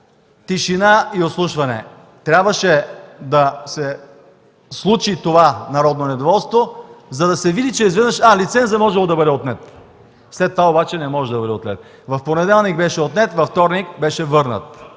Тишина и ослушване! Трябваше да се случи това народно недоволство, за да се види, че изведнъж: а, лицензът можело да бъде отнет, след това обаче – не може да бъде отнет. В понеделник беше отнет, във вторник беше върнат.